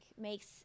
makes